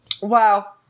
Wow